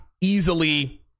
easily